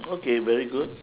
okay very good